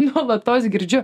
nuolatos girdžiu